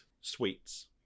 sweets